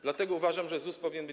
Dlatego uważam, że ZUS powinien być